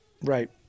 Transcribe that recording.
Right